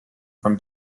from